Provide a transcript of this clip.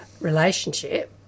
relationship